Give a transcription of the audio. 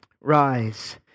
Rise